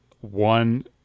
one